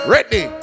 Ready